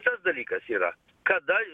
tas dalykas yra kada